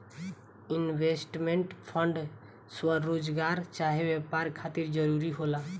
investment fund स्वरोजगार चाहे व्यापार खातिर जरूरी होला